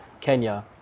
Kenya